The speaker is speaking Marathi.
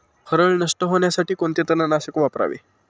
हरळ नष्ट होण्यासाठी कोणते तणनाशक वापरावे?